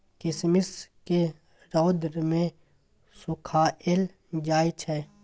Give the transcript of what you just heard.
किशमिश केँ रौद मे सुखाएल जाई छै